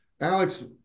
Alex